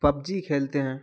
PUBG کھیلتے ہیں